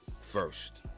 first